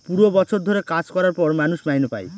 পুরো বছর ধরে কাজ করার পর মানুষ মাইনে পাই